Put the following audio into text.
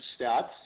stats